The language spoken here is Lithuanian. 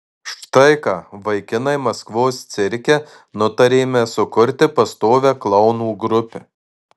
štai ką vaikinai maskvos cirke nutarėme sukurti pastovią klounų grupę